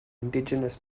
indigenous